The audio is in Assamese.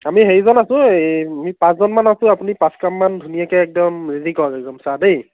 আমি হেৰিজন আছো এই পাঁচজনমান আছো আপুনি পাঁচ কাপমান ধুনীয়াকৈ একদম ৰেডী কৰক একদম চাহ দেই